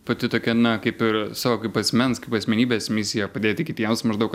pati tokia na kaip ir savo kaip asmens kaip asmenybės misiją padėti kitiems maždaug